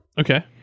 okay